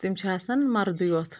تِم چھ آسان مردٕے یوت